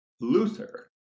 Luther